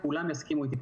כולם יסכימו איתי,